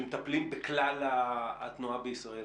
שמטפלים בכלל התנועה בישראל,